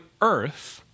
earth